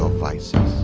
so vices.